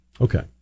Okay